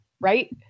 Right